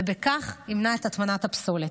וכך ימנע את הטמנת הפסולת.